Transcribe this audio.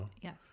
Yes